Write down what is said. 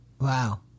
Wow